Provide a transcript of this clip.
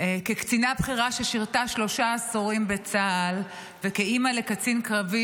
כקצינה בכירה ששירתה שלושה עשורים בצה"ל וכאימא לקצין קרבי,